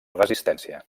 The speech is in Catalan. resistència